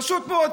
פשוט מאוד,